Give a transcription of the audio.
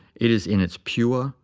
it is in its pure,